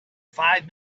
five